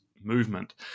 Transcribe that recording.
movement